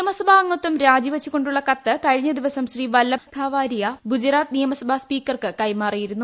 നിയമസഭാംഗത്വം രാജിവച്ച്കൊ ുള്ള കത്ത് കഴിഞ്ഞ ദിവസം ശ്രീ വല്പഭ് ധാരാവിയ ഗുജറാത്ത് നിയമസഭാ സ്പീക്കർക്ക് കൈമാറിയിരുന്നു